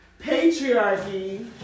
patriarchy